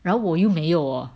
然后我又没有 orh